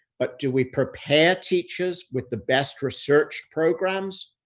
but do we prepare teachers with the best research programs?